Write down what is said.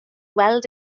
weld